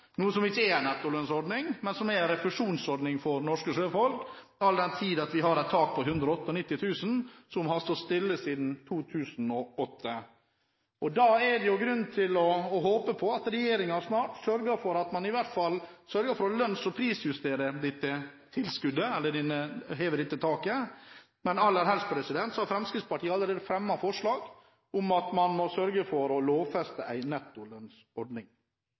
noe som ikke er en nettolønnsordning, men en refusjonsordning for norske sjøfolk, all den tid vi har et tak på 198 000, som har stått stille siden 2008. Da er det grunn til å håpe på at regjeringen snart sørger for at man i hvert fall pris- og lønnsjusterer og hever dette taket. Men aller helst ville Fremskrittspartiet – og har allerede fremmet forslag om – at man sørget for å lovfeste en nettolønnsordning.